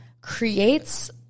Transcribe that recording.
creates